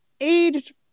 aged